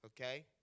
Okay